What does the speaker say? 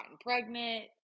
pregnant